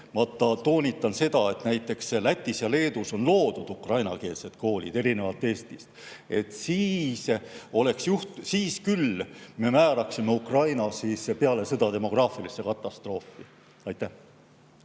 ma toonitan, et näiteks Lätis ja Leedus on loodud ukrainakeelsed koolid, erinevalt Eestist –, siis me küll määraksime Ukraina peale sõda demograafilisse katastroofi. Arvo